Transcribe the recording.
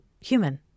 human